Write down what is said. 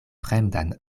fremdan